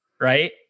right